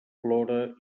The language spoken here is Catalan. plora